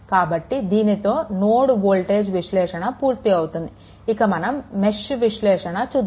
కాబట్టి దీనితో node voltage విశ్లేషణ పూర్తి అవుతుంది ఇంక మనం మెష్ విశ్లేషణ చూద్దాము